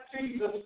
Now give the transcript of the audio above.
Jesus